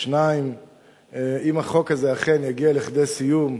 2. אם החוק הזה אכן יגיע לכדי סיום,